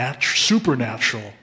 supernatural